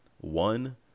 One